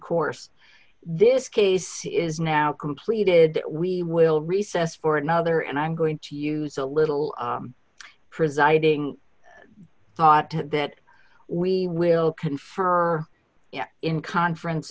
course this case is now completed we will recess for another and i'm going to use a little presiding thought that we will confer in conference